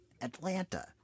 Atlanta